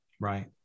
Right